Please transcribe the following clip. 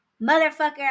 motherfucker